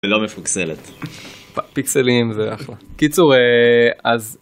לא מפוקסלת. -פיקסלים זה אחלה. קיצור, אז